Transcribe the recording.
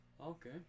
Okay